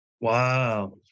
Wow